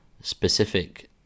specific